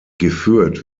geführt